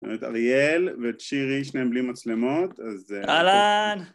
זאת אריאל וצ'ירי, שניהם בלי מצלמות, אז זה... אהלן.